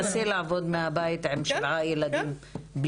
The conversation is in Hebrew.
תנסי לעבוד מהבית עם שבעה ילדים שיושבים בבית,